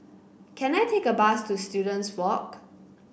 can I take a bus to Students Walk